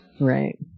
right